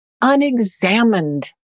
unexamined